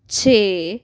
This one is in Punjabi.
ਛੇ